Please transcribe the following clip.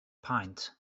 paent